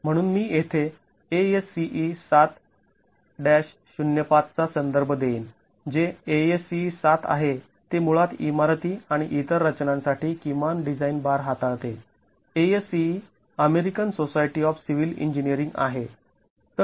म्हणून मी येथे ASCE ७ ०५ चा संदर्भ देईन जे ASCE ७ आहे ते मुळात इमारती आणि इतर रचनांसाठी किमान डिझाईन भार हाताळते ASCE American Society of Civil Engineering आहे